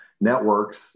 networks